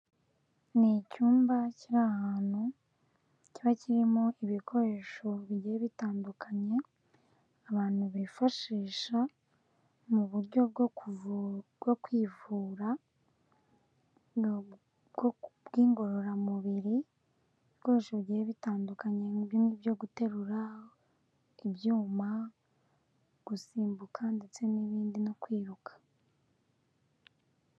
Ni icyumba kiri ahantu kiba kirimo ibikoresho bigiye bitandukanye abantu bifashisha mu buryo bwo kwivura bw'ingorororamubiri bwose bugiye butandukanye burimo ibyo guterura ibyuma gusimbuka ndetse n'ibindi no kwiruka.